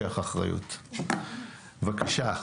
בבקשה.